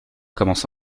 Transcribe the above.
commence